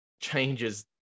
changes